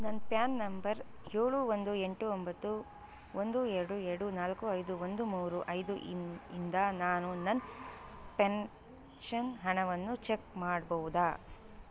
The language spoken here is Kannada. ನನ್ನ ಪ್ಯಾನ್ ನಂಬರ್ ಏಳು ಒಂದು ಎಂಟು ಒಂಬತ್ತು ಒಂದು ಎರಡು ಎರಡು ನಾಲ್ಕು ಐದು ಒಂದು ಮೂರು ಐದು ಇನ್ ಇಂದ ನಾನು ನನ್ನ ಪೆನ್ಷನ್ ಹಣವನ್ನು ಚೆಕ್ ಮಾಡ್ಬೌದಾ